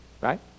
Right